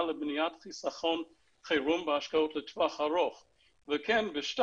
לבניית חיסכון חירום והשקעות לטווח ארוך ושתיים,